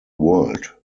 world